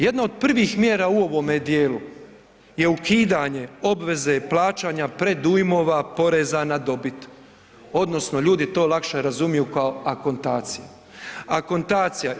Jedno od prvih mjera u ovome dijelu je ukidanje obveze plaćanja predujmova poreza na dobih odnosno ljudi to lakše razumiju kao akontacija, akontacija.